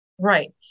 Right